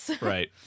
Right